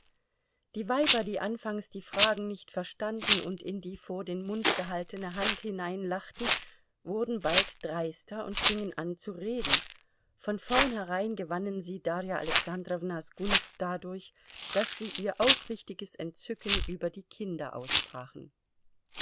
die weiber die anfangs die fragen nicht verstanden und in die vor den mund gehaltene hand hineinlachten wurden bald dreister und fingen an zu reden von vornherein gewannen sie darja alexandrownas gunst dadurch daß sie ihr aufrichtiges entzücken über die kinder aussprachen